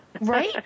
Right